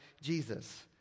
Jesus